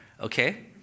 Okay